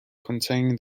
containing